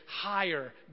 higher